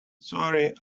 sorry